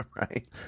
right